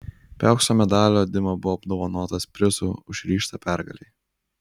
be aukso medalio dima buvo apdovanotas prizu už ryžtą pergalei